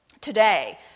today